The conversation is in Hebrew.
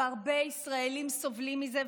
והרבה ישראלים סובלים מזה,